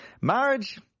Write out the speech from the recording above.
Marriage